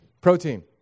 protein